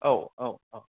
औ औ औ